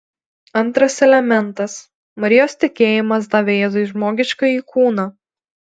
antras elementas marijos tikėjimas davė jėzui žmogiškąjį kūną